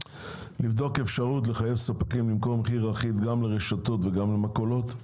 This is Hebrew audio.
לבדוק אפשרות לחייב ספקים למכור במחיר אחיד גם לרשתות וגם למכולות,